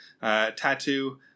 Tattoo